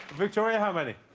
victoria how many